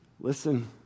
Listen